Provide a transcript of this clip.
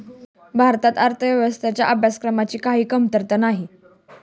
भारतात अर्थशास्त्राच्या अभ्यासकांची काही कमतरता नाही